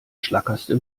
schlackerste